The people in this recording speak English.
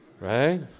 Right